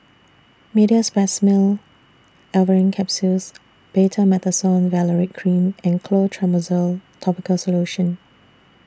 Meteospasmyl Alverine Capsules Betamethasone Valerate Cream and Clotrimozole Topical Solution